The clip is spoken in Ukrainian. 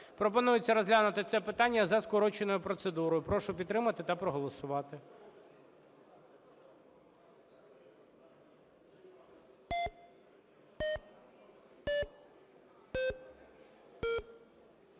Пропонується розглянути це питання за скороченою процедурою, прошу підтримати та проголосувати.